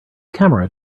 camera